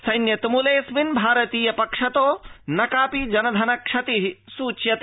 सैन्यतमुलेऽस्मिन् भारतीय पक्षतो न कापि जनधनक्षति सूच्यते